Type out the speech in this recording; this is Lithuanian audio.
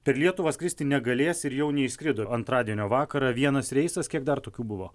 per lietuvą skristi negalės ir jau neišskrido antradienio vakarą vienas reisas kiek dar tokių buvo